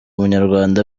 umunyarwanda